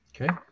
Okay